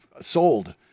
sold